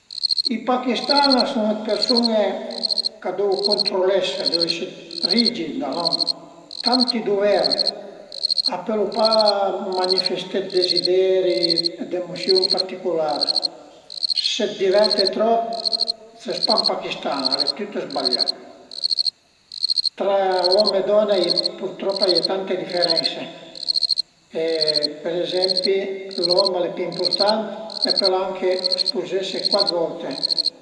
Alura cuminciarìu a fe ën poch dë parole crociate perché al e ün divertiment vëddi se riese a fe tüta la tabela, pöi magari lezarìu ün capitul d'ën liber che l'ai cumincià e pöi a ie pa da fe, ëntà bütese ën paira dë scarpëtte e andé ën fir a caminé ën poch pìé ën po d'aria bun-a